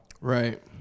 Right